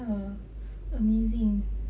ya amazing